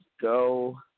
Go